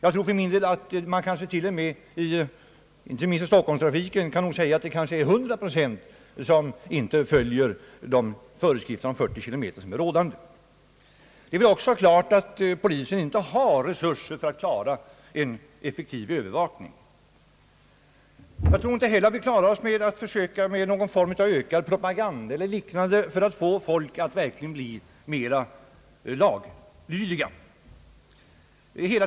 I fråga om trafiken i Stockholm kan man säkert säga att 100 procent av bilisterna inte följer de föreskrifter om 40 km/ tim. som är rådande. Det är också klart att polisen inte har resurser för en effektiv övervakning. Jag tror inte heller att det räcker med ett försök med någon form av ökad propaganda eller liknande för att få trafikanterna att bli mera laglydiga.